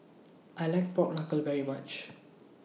I like Pork Knuckle very much